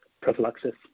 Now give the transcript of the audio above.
prophylaxis